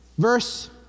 Verse